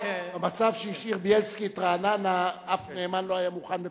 במצב שהשאיר בילסקי את רעננה אף נאמן לא היה מוכן בפחות,